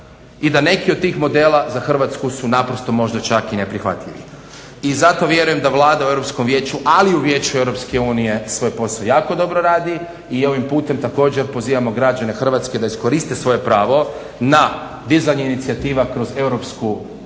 i da neke od tih modela za Hrvatsku su naprosto možda čak i neprihvatljivi. I zato vjerujem da Vlada u Europskom vijeću ali i u Vijeću EU svoj posao jako dobro radi i ovim putem također pozivamo građane Hrvatske da iskoriste svoje pravo na dizanje inicijativa kroz Europsku